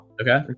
Okay